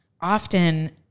often